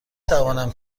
توانم